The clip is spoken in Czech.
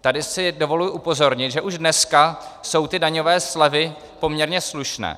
Tady si dovoluji upozornit, že už dneska jsou daňové slevy poměrně slušné.